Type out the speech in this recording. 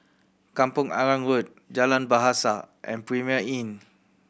Kampong Arang Road Jalan Bahasa and Premier Inn